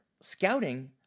Scouting